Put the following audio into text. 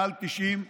מעל 90,